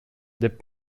деп